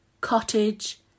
Cottage